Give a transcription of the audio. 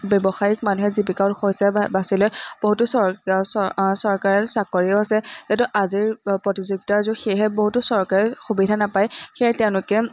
ব্যৱসায়ক মানুহে জীৱিকাৰ উৎস হিচাপে বাছি লৈ বহুতো চৰকাৰী চাকৰিও আছে যিহেতু আজিৰ প্ৰতিযোগিতাৰ যুগ সেয়েহে বহুতো চৰকাৰে সুবিধা নাপায় সেয়ে তেওঁলোকে